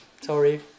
Sorry